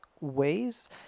ways